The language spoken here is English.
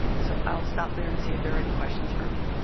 so i'll stop there and see if there are any questions for me.